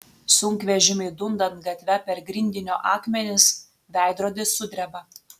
sunkvežimiui dundant gatve per grindinio akmenis veidrodis sudreba